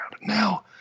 Now